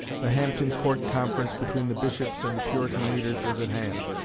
the hampton court conference between the bishops and the puritan leaders was at hand,